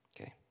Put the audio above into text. okay